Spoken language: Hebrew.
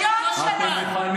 אתם מוכנים